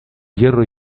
hierro